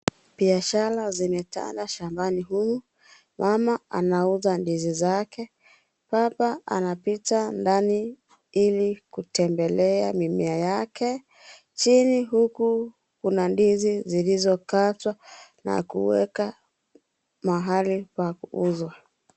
Biashara zimetamba shambani humu mama anauza ndizi zake , baba anapita ndani ili kutembelea mimea yake chini huku kuna ndizi zilizokztwa na kueka mahali pa kuuzwa .